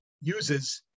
uses